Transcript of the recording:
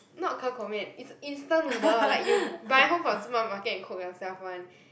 not Ke-Kou-Mian is instant noodle like you buy home from supermarket and cook yourself [one]